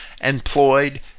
employed